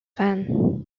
fan